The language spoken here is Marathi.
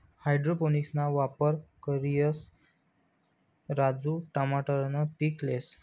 हाइड्रोपोनिक्सना वापर करिसन राजू टमाटरनं पीक लेस